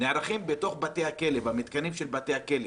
בתוך המתקנים של בתי הכלא.